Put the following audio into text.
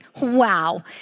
Wow